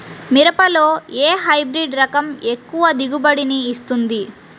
మిరపలో ఏ హైబ్రిడ్ రకం ఎక్కువ దిగుబడిని ఇస్తుంది?